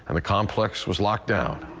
and the complex was locked down.